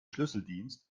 schlüsseldienst